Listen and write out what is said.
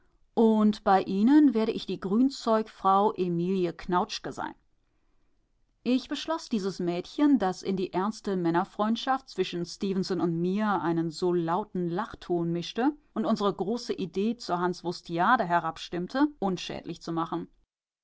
und bei ihnen werde ich die grünzeugfrau emilie knautschke sein ich beschloß dieses mädchen das in die ernste männerfreundschaft zwischen stefenson und mir einen so lauten lachton mischte und unsere große idee zur hanswurstiade herabstimmte unschädlich zu machen